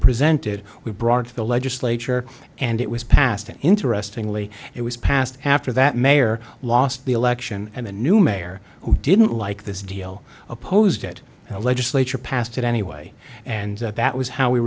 presented we brought to the legislature and it was passed and interestingly it was passed after that mayor lost the election and the new mayor who didn't like this deal opposed it and the legislature passed it anyway and that was how we